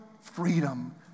freedom